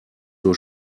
zur